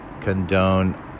condone